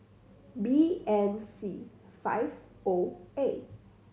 B N C five O A